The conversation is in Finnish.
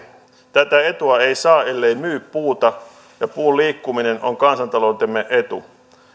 tätä etua ei saa ellei myy puuta ja puun liikkuminen on kansantaloutemme etu